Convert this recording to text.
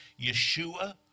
Yeshua